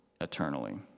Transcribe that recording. eternally